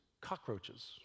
cockroaches